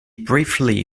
briefly